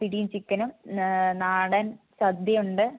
പിടിയും ചിക്കനും നാടൻ സദ്യയുണ്ട്